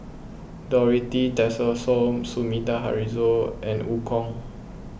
Dorothy Tessensohn Sumida Haruzo and Eu Kong